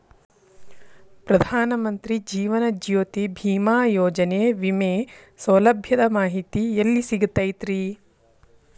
ಪ್ರಧಾನ ಮಂತ್ರಿ ಜೇವನ ಜ್ಯೋತಿ ಭೇಮಾಯೋಜನೆ ವಿಮೆ ಸೌಲಭ್ಯದ ಮಾಹಿತಿ ಎಲ್ಲಿ ಸಿಗತೈತ್ರಿ?